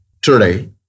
Today